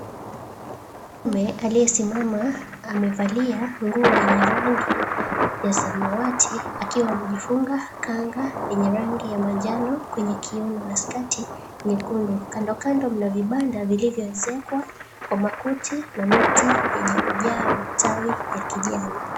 Mwanaume aliyesimama amevalia nguo yenye rangi ya samawati akiwa amejifunga kanga yenye rangi ya manjano kwenye kiuno na skati nyekundu. Kando kando mna vibanda vilivyoezekwa kwa makuti na miti yenye kujaa matawi ya kijani.